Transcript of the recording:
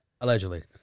Allegedly